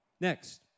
Next